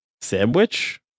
sandwich